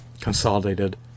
consolidated